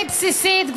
היא די בסיסית,